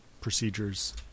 procedures